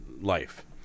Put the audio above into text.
life